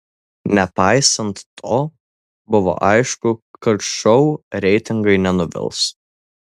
nepaisant to buvo aišku kad šou reitingai nenuvils